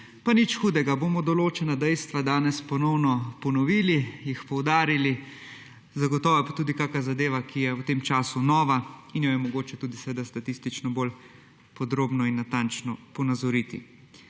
Pa nič hudega, bomo določena dejstva danes ponovno ponovili, jih poudarili. Zagotovo je pa tudi kaka zadeva, ki je v tem času nova in jo je mogoče tudi statistično bolj podrobno in natančno ponazoriti.